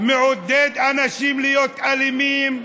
מעודד אנשים להיות אלימים